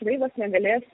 laivas negalės